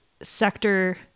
sector